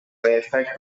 affect